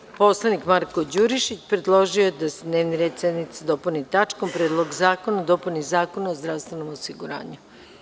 Narodni poslanik Marko Đurišić predložio je da se dnevni red sednice dopuni tačkom Predlog zakona o dopuni Zakona o zdravstvenom osiguranju.